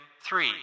three